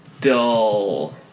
dull